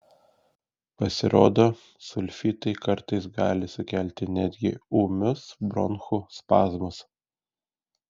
pasirodo sulfitai kartais gali sukelti netgi ūmius bronchų spazmus